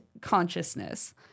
consciousness